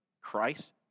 Christ